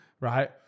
right